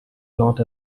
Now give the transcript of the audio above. not